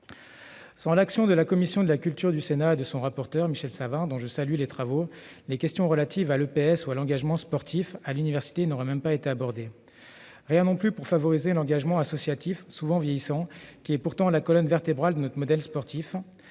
Sans l'action de la commission de la culture du Sénat et de son rapporteur, Michel Savin, dont je salue les travaux, les questions relatives à l'EPS ou à l'engagement sportif à l'université n'auraient même pas été abordées. Rien non plus pour favoriser l'engagement associatif, souvent vieillissant, qui est pourtant la colonne vertébrale de notre modèle sportif.